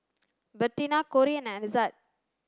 Bertina Cori and Ezzard